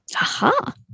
Aha